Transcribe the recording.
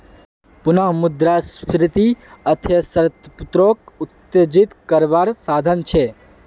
पुनः मुद्रस्फ्रिती अर्थ्शाश्त्रोक उत्तेजित कारवार साधन छे